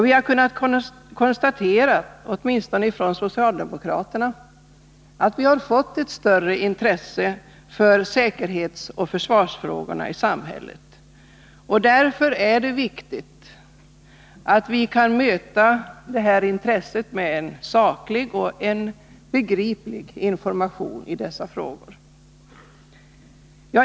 Vi har kunnat konstatera ett större intresse för säkerhetsoch försvarsfrågorna i samhället. Därför är det viktigt att vi kan möta detta intresse med en saklig och begriplig information.